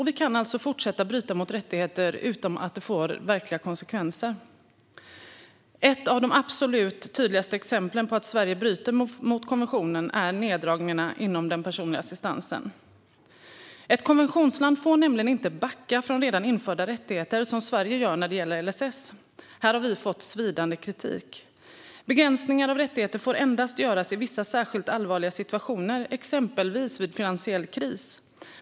Vi kan alltså fortsätta att bryta mot rättigheter utan att det får verkliga konsekvenser. Ett av de absolut tydligaste exemplen på att Sverige bryter mot konventionen är neddragningarna inom den personliga assistansen. Ett konventionsland får nämligen inte backa från redan införda rättigheter, som Sverige gör när det gäller LSS. Här har vi fått svidande kritik. Begränsningar av rättigheter får endast göras i vissa särskilt allvarliga situationer, exempelvis vid finansiell kris.